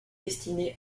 destinés